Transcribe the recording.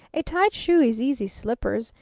a tight shoe is easy slippers,